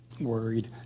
worried